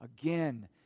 again